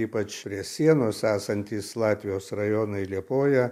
ypač prie sienos esantys latvijos rajonai liepoja